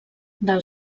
del